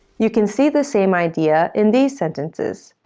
you can see the same idea in these sentences